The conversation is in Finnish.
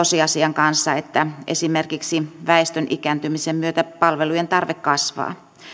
tosiasian kanssa että esimerkiksi väestön ikääntymisen myötä palvelujen tarve kasvaa